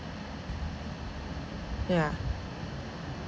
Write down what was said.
ya